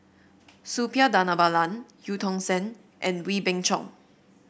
Suppiah Dhanabalan Eu Tong Sen and Wee Beng Chong